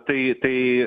tai tai